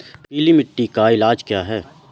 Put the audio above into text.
पीली मिट्टी का इलाज क्या है?